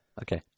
Okay